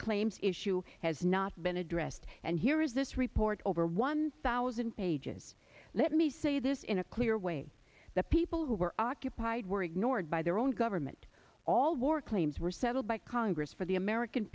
claims issue has not been addressed and here is this report over one thousand pages let me say this in a clear way the people who were occupied were ignored by their own government all war claims were settled by congress for the american